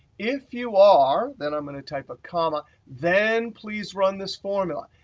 if you are, then i'm going to type a comma, then please run this formula.